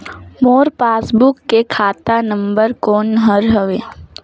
मोर passbook मे खाता number कोन हर हवे?